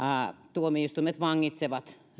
tuomioistuimet vangitsevat